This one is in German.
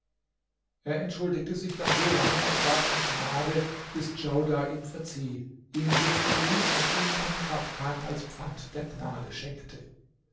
er entschuldigte sich dann so lange und bat um gnade bis djaudar ihm verzieh ihn sitzen hieß und ihm einen kaftan als pfand der gnade schenkte